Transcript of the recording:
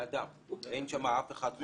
זה אדם, אין שם אף אחד.